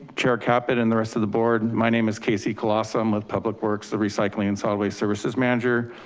chair caput and the rest of the board. my name is kasey kolassa i'm with public works, the recycling and solid waste services manager.